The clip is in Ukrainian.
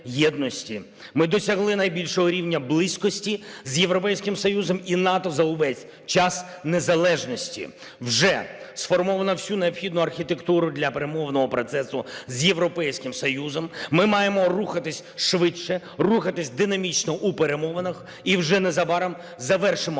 Ми досягли найбільшого рівня близькості з Європейським Союзом і НАТО за увесь час незалежності. Вже сформовано всю необхідну архітектуру для перемовного процесу з Європейським Союзом. Ми маємо рухатись швидше, рухатись динамічно у перемовинах, і вже незабаром завершимо